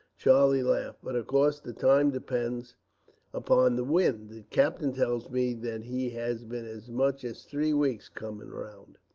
charlie laughed but of course the time depends upon the wind. the captain tells me that he has been as much as three weeks coming round.